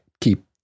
keep